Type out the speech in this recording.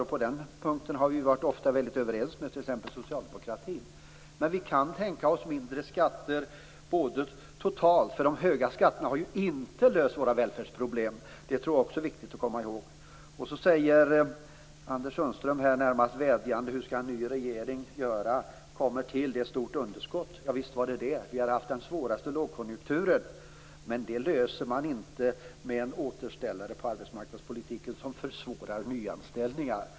Och på den punkten har vi ofta varit väldigt överens med t.ex. socialdemokratin. Men vi kan tänka oss mindre skatter. De höga skatterna har ju inte löst våra välfärdsproblem, vilket jag också tror är viktigt att komma ihåg. Anders Sundström säger närmast vädjande: Hur skall en ny regering göra när den från början har ett stort underskott? Ja visst var det så. Vi har haft den svåraste lågkonjunkturen. Men detta problem löser man inte med en återställare på arbetsmarknadspolitikens område som försvårar nyanställningar.